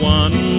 one